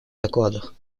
докладах